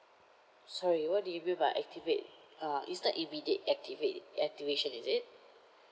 sorry what do you mean by activate uh is not immediate activate activation is it